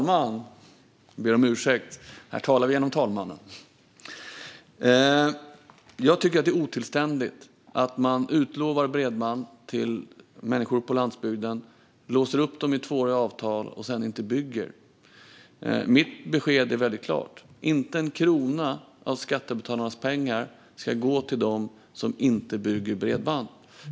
Fru talman! Det är otillständigt att man utlovar bredband till människor på landsbygden och binder upp dem i tvååriga avtal men sedan inte bygger. Mitt besked är klart: Inte en krona av skattebetalarnas pengar ska gå till dem som inte bygger bredband.